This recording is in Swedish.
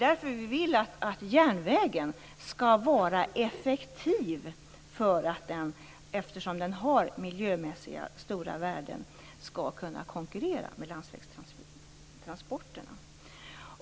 Därför vill vi att järnvägen skall vara effektiv eftersom den har miljömässigt stora värden och skall kunna konkurrera med landsvägstransporterna.